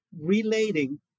relating